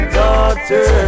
daughter